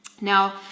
Now